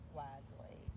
wisely